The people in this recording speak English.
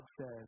says